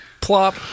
Plop